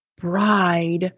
bride